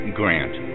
grant